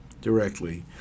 directly